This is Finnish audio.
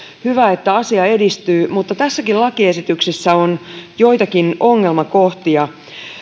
hyvä että asia edistyy mutta tässäkin lakiesityksessä on joitakin ongelmakohtia